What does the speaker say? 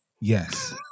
Yes